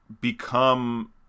become